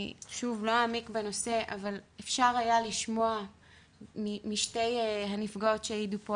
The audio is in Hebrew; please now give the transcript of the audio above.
אני לא אעמיק בנושא אבל אפשר היה לשמוע משתי הנפגעות שהעידו פה